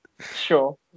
Sure